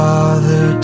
Father